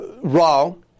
wrong